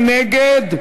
מי נגד?